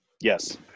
Yes